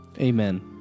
amen